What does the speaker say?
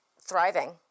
thriving